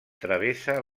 travessa